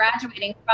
graduating